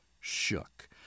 shook